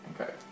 Okay